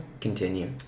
Continue